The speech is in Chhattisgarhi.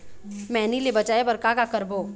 मैनी ले बचाए बर का का करबो?